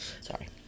sorry